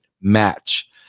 match